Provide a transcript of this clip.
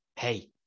Hey